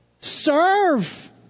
serve